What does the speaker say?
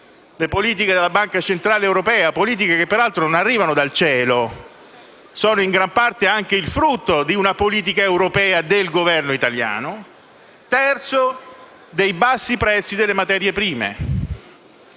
(le politiche della Banca centrale europea, che peraltro non arrivano dal cielo, sono in gran parte anche il frutto di una politica europea del Governo italiano); in terzo luogo, dai bassi prezzi delle materie prime.